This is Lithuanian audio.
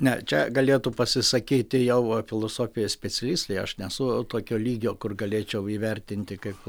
ne čia galėtų pasisakyti jau filosofijos specialistai aš nesu tokio lygio kur galėčiau įvertinti kaip